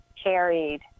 Carried